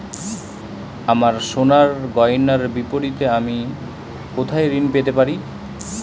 আমার সোনার গয়নার বিপরীতে আমি কোথায় ঋণ পেতে পারি?